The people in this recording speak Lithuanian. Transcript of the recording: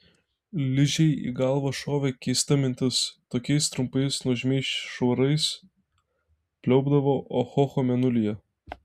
ližei į galvą šovė keista mintis tokiais trumpais nuožmiais šuorais pliaupdavo ohoho mėnulyje